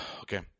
Okay